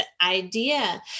idea